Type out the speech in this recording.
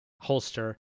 holster